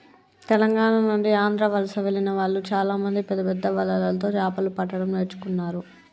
తెలంగాణ నుండి ఆంధ్ర వలస వెళ్లిన వాళ్ళు చాలామంది పెద్దపెద్ద వలలతో చాపలు పట్టడం నేర్చుకున్నారు